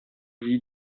sie